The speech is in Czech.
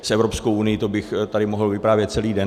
S Evropskou unií to bych tady mohl vyprávět celý den.